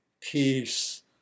peace